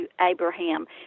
Abraham